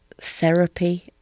therapy